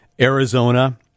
Arizona